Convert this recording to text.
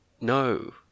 No